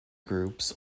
groups